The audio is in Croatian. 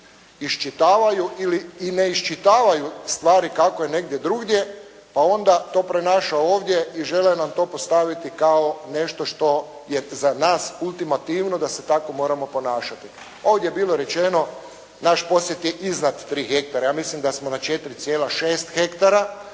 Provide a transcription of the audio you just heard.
iščitavaju ili ne iščitavaju stvari kako je negdje drugdje, a onda to prenaša ovdje i žele nam to postaviti kao nešto što je za nas ultimativno da se tako moramo ponašati. Ovdje je bilo rečeno, naš posjed je iznad 3 hektara, ja mislim da smo n a 4.6 hektara,